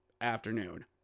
afternoon